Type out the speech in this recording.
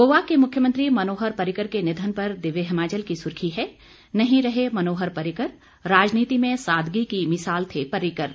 गोवा के मुख्यमंत्री मनोहर पर्रिकर के निधन पर दिव्य हिमाचल की सुर्खी है नहीं रहे मनोहर पर्रिकर राजनीति में सादगी की मिसाल थे पर्रिकर